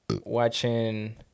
watching